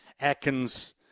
Atkins